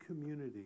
community